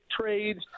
trades